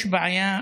יש בעיה